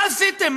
מה עשיתם?